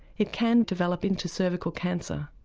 it can develop into cervical cancer.